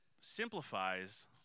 simplifies